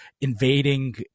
invading